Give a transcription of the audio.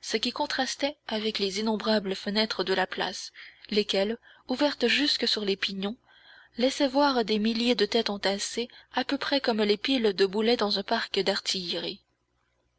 ce qui contrastait avec les innombrables fenêtres de la place lesquelles ouvertes jusque sur les pignons laissaient voir des milliers de têtes entassées à peu près comme les piles de boulets dans un parc d'artillerie